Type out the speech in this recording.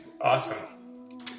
Awesome